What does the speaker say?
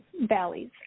valleys